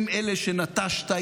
הם אלה שנטשת,